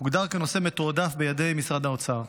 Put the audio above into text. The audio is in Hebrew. הוגדר כנושא מתועדף בידי משרד האוצר,